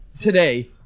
today